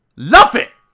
love it,